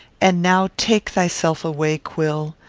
and now take thyself away, quill.